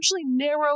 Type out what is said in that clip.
narrow